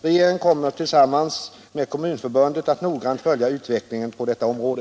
Regeringen kommer att tillsammans med Kommunförbundet noggrant följa utvecklingen på detta område.